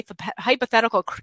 hypothetical